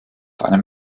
einem